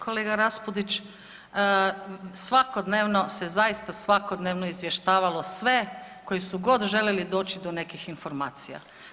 Kolega Raspudić, svakodnevno se zaista svakodnevno izvještavalo sve koji su god željeli doći do nekih informacija.